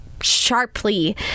sharply